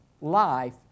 life